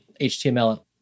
HTML